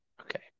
Okay